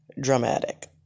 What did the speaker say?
dramatic